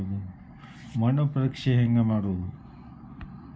ಮಣ್ಣು ಪರೇಕ್ಷೆ ಹೆಂಗ್ ಮಾಡೋದು?